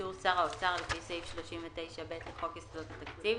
ובאישור שר האוצר לפי סעיף 39ב לחוק יסודות התקציב,